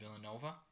Villanova